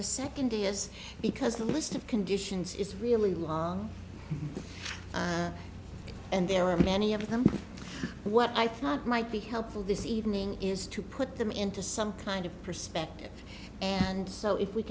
the second day is because the list of conditions is really long and there are many of them what i thought might be helpful this evening is to put them into some kind of perspective and so if we